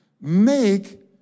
Make